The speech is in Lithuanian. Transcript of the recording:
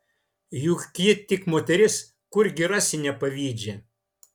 juk ji tik moteris kurgi rasi nepavydžią